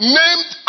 named